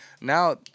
now